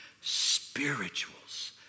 Spirituals